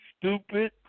stupid